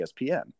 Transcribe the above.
ESPN